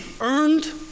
earned